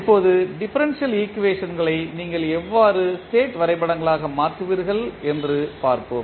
இப்போது டிஃபரன்ஷியல் ஈக்குவேஷன்களை நீங்கள் எவ்வாறு ஸ்டேட் வரைபடங்களாக மாற்றுவீர்கள் என்று பார்ப்போம்